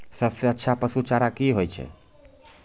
सबसे अच्छा पसु चारा की होय छै?